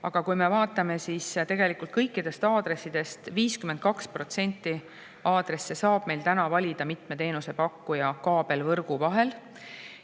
konkureerimine. Aga tegelikult kõikidest aadressidest 52%‑l aadressil saab meil täna valida mitme teenusepakkuja kaabelvõrgu vahel,